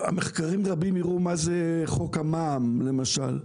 מחקרים רבים הראו מה זה חוק המע"מ למשל.